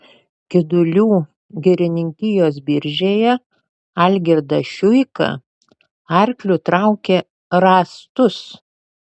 kidulių girininkijos biržėje algirdas šiuika arkliu traukė rąstus